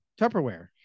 Tupperware